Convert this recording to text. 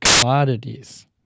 commodities